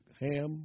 Ham